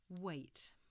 Wait